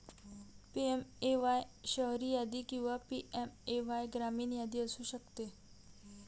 PMAY शहरी यादी किंवा पी.एम.ए.वाय ग्रामीण यादी असू शकते